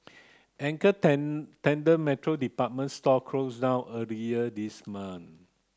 Anchor tenant Metro department store closed down earlier this month